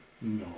No